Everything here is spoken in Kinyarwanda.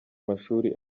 mashuri